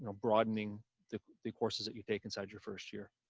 um broadening the the courses that you take inside your first year.